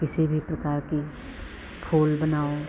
किसी भी प्रकार की फूल बनाओ